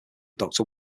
doctor